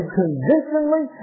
conditionally